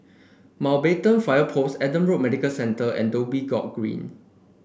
Mountbatten Fire Post Adam Road Medical Centre and Dhoby Ghaut Green